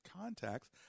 contacts